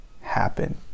happen